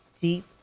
deep